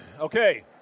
Okay